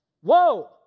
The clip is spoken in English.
Whoa